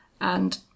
and